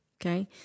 Okay